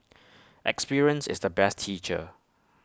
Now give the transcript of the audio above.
experience is the best teacher